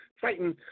fighting